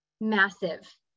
massive